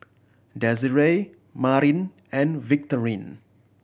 Desirae Marin and Victorine